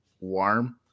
warm